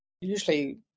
usually